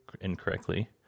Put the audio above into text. incorrectly